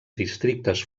districtes